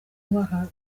mwaka